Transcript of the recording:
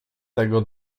tego